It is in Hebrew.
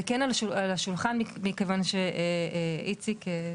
זה כן על השולחן מכיוון שאיציק,